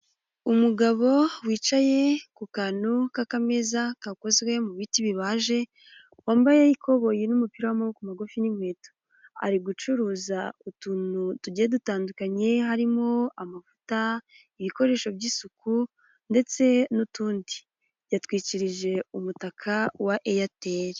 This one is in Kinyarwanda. Umugabo wicaye ku kantu k'akameza kakozwe mu biti bibaje, wambaye ikoboyi n'umupira w'amaboko magufi n'inkweto. Ari gucuruza utuntu tugiye dutandukanye harimo amavuta, ibikoresho by'isuku, ndetse n'utundi. Yatwikirije umutaka wa Eyateri.